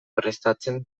prestatzen